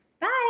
Bye